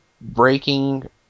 breaking